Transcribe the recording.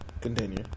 Continue